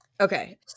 Okay